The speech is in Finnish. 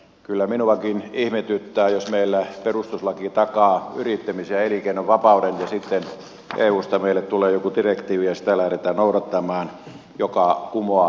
kyllä minuakin ihmetyttää jos meillä perustuslaki takaa yrittämisen ja elinkeinon vapauden ja sitten eusta meille tulee joku direktiivi joka kumoaa tämän asian ja sitä lähdetään noudattamaan